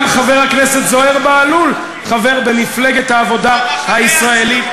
גם חבר הכנסת זוהיר בהלול חבר במפלגת העבודה הישראלית,